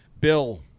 Bill